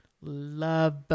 Love